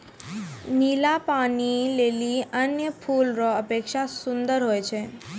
नीला पानी लीली अन्य फूल रो अपेक्षा सुन्दर हुवै छै